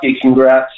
congrats